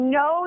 no